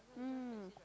mm